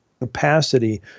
capacity